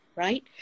Right